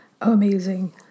Amazing